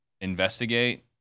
investigate